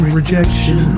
rejection